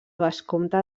vescomte